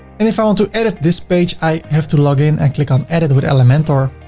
and if i want to edit this page, i have to log in and click on, edit with elementor,